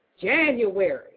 January